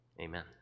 Amen